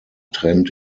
trend